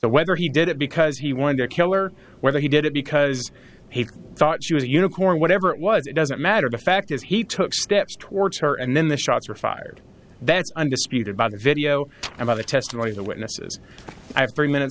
so whether he did it because he wanted to kill or whether he did it because he thought she was a eunuch or whatever it was it doesn't matter the fact is he took steps towards her and then the shots were fired that's undisputed by the video and by the testimony of the witnesses i have three minutes